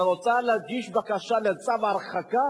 שרוצה להגיש בקשה לצו הרחקה,